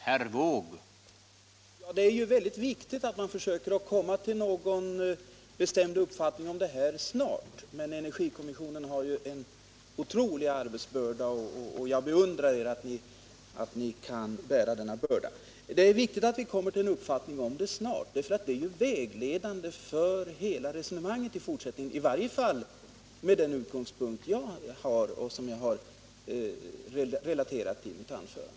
Herr talman! Det är väldigt viktigt att man försöker komma till någon bestämd uppfattning snart. Energikommissionen har ju en otrolig arbetsbörda, och jag beundrar er för att ni kan bära denna börda. Det är viktigt att man snart kommer till en uppfattning, därför att energipriset är vägledande för hela resonemanget i fortsättningen — i varje fall med den utgångspunkt som jag har redogjort för i mitt anförande.